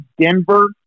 Denver